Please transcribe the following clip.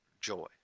joy